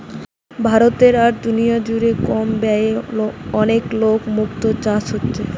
ভারতে আর দুনিয়া জুড়ে কম ব্যয়ে অনেক লাভে মুক্তো চাষ হচ্ছে